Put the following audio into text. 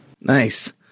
Nice